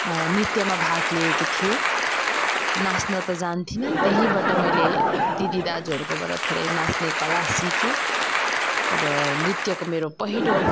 नृत्यमा भाग लिएकी थिएँ नाच्न त जानेको थिइनँ त्यहीँबाट मैले दिदी दाजुहरूकोबाट थोरै नाच्ने कला सिकेँ र नृत्यको मेरो पहिलो